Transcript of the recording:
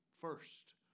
first